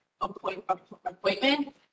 appointment